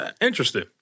Interesting